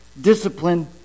discipline